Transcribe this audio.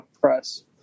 press